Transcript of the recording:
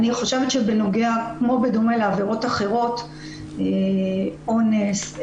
אני חושבת שבדומה לעבירות אחרות כמו אונס,